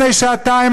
לפני שעתיים,